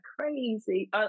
crazy